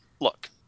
Look